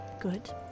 Good